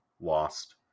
lost